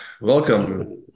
Welcome